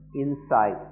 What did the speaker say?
insight